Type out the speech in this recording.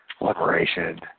liberation